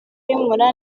y’umura